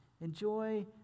enjoy